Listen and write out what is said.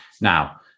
Now